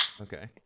Okay